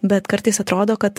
bet kartais atrodo kad